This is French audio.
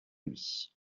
lui